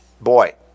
boy